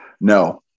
no